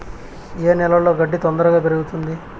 ఏ నేలలో గడ్డి తొందరగా పెరుగుతుంది